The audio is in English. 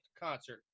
concert